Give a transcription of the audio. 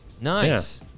nice